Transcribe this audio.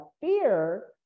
fear